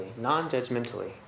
non-judgmentally